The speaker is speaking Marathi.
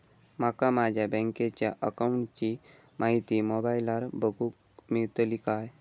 माका माझ्या बँकेच्या अकाऊंटची माहिती मोबाईलार बगुक मेळतली काय?